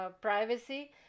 privacy